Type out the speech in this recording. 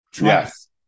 Yes